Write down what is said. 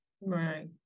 Right